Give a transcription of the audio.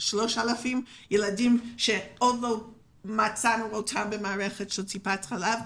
3,000 ילדים שעדיין לא מצאנו אותם במערכת טיפת החלב,